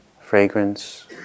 fragrance